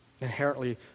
inherently